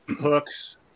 hooks